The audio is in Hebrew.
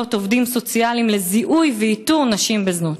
ועובדים סוציאליים לזיהוי ואיתור של נשים בזנות?